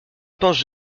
pense